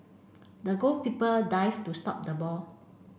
the goalkeeper dived to stop the ball